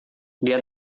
dia